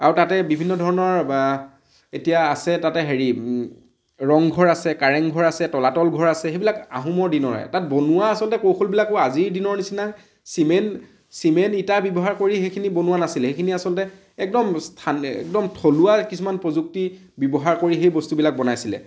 আৰু তাতে বিভিন্ন ধৰণৰ এতিয়া আছে তাতে হেৰি ৰংঘৰ আছে কাৰেংঘৰ আছে তলাতল ঘৰ আছে সেইবিলাক আহোমৰ দিনৰ তাত বনোৱা আচলতে কৌশলবিলাকো আজিৰ দিনৰ নিচিনা চিমেণ্ট চিমেণ ইটা ব্যৱহাৰ কৰি সেইখিনি বনোৱা নাছিলে সেইখিনি আচলতে একদম একদম থলুৱা কিছুমান প্ৰযুক্তি ব্যৱহাৰ কৰি সেই বস্তুবিলাক বনাইছিলে